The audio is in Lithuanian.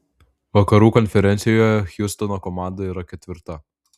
vakarų konferencijoje hjustono komanda yra ketvirta